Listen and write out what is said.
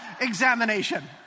examination